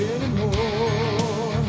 Anymore